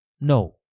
No